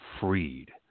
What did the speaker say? freed